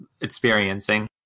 experiencing